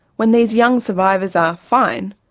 when these young survivors are fine,